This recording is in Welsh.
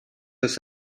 oes